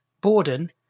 Borden